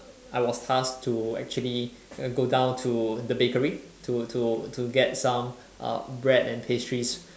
I was tasked to actually go down to the bakery to to to get some uh bread and pastries